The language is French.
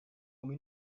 comme